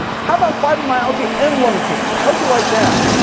how about fibromyalgia and lung cancer, how would you like that?